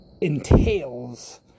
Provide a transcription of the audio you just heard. entails